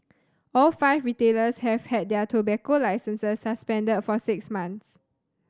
all five retailers have had their tobacco licences suspended for six months